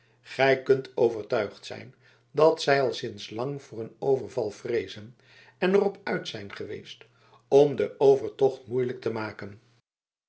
gij kunt overtuigd zijn dat zij al sinds lang voor een overval vreezen en er op uit zijn geweest om den overtocht moeilijk te maken